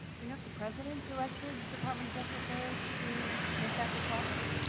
do you know if the president directed department of justice lawyers to make that request?